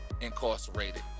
incarcerated